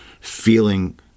feeling